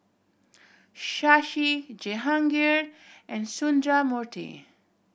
Shashi Jehangirr and Sundramoorthy